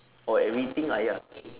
or everything ayah